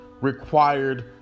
required